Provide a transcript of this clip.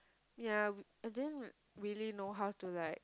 ya I didn't really know how to like